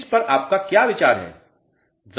इस पर आपका क्या विचार है